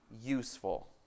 useful